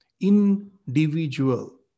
Individual